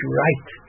right